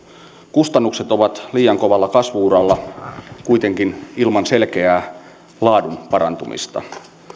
kustannukset ovat liian kovalla kasvu uralla kuitenkin ilman selkeää laadun parantumista